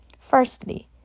Firstly